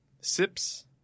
Sips